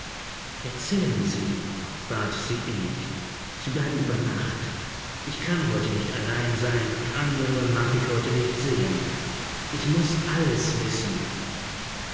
erzählen sie bat sie innig sie bleiben über abend ich kann heute nicht allein sein und andere mag ich heute nicht sehen ich muß alles wissen